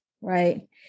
right